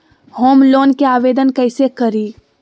Home loan के आवेदन कैसे करि?